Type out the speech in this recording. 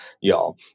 y'all